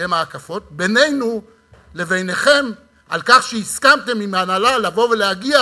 שהן ההקפות בינינו לבינכם על כך שהסכמתם עם ההנהלה לבוא ולהגיע